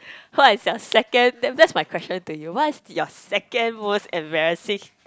what is your second that that's my question to your what is your second most embarrassing